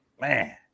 man